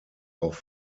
auch